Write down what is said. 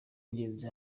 ingenzi